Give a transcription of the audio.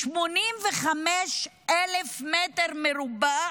כ-85,000 מטר מרובע